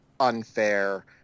unfair